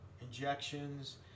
injections